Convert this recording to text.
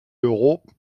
euros